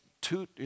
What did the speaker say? two